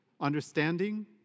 understanding